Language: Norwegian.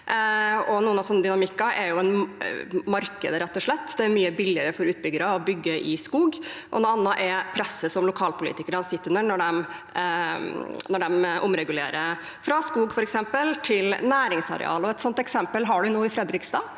Noen sånne dynamikker er markedet, rett og slett. Det er mye billigere for utbyggere å bygge i skog. Noe annet er presset som lokalpolitikere sitter med når de omregulerer fra skog til f.eks. næringsareal. Et sånt eksempel har man nå i Fredrikstad.